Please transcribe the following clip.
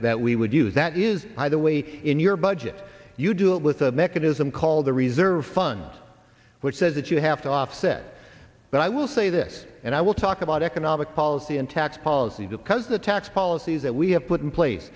that we would use that is either way in your budget you do it with a mechanism called the reserve fund which says that you have to offset but i will say this and i will talk about economic policy and tax policy because the tax policies that we have put in place